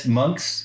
monks